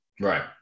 Right